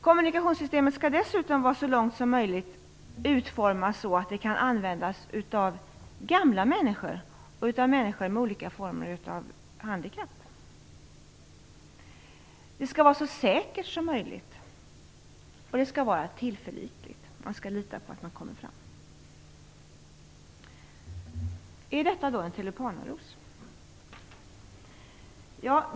Kommunikationssystemet skall dessutom så långt som möjligt vara utformat så att det kan användas av gamla människor och av människor med olika former av handikapp. Det skall vara så säkert som möjligt och det skall vara tillförlitligt. Man skall kunna lita på att man kommer fram. Är detta en tulipanaros?